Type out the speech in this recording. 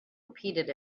repeated